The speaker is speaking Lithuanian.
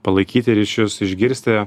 palaikyti ryšius išgirsti